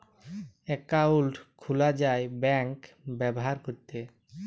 account খুলা যায় bank ব্যাভার ক্যরতে